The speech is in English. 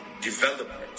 development